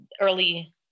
early